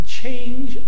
change